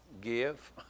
give